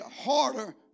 harder